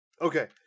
okay